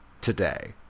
Today